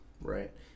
Right